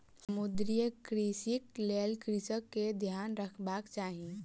समुद्रीय कृषिक लेल कृषक के ध्यान रखबाक चाही